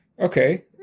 Okay